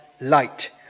light